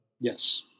Yes